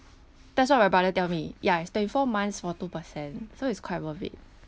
that's what my brother tell me ya it's twenty four months for two per cent so it's quite worth it